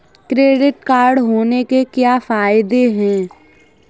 Credit card होने के क्या फायदे हैं?